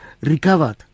recovered